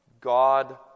God